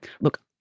Look